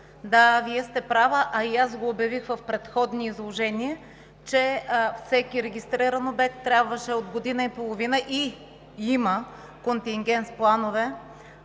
Да, Вие сте права, а и аз го обявих в предходни изложения, че всеки регистриран обект трябваше от година и половина, има и контингент с планове